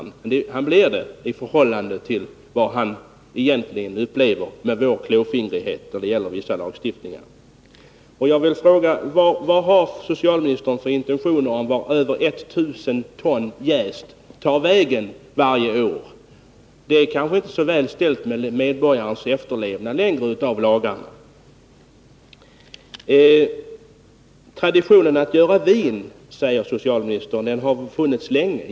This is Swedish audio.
Då blir Svensson något som jag inte vill säga i kammaren och tycker att vi genom vår lagstiftning är klåfingriga. Traditionen att göra vin har funnits länge, säger socialministern.